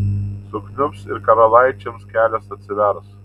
sukniubs ir karalaičiams kelias atsivers